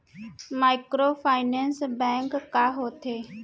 Microfinance bank का होथे?